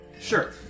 Sure